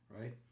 right